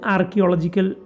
Archaeological